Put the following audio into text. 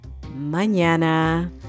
mañana